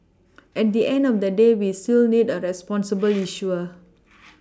at the end of the day we still need a responsible issuer